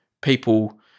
people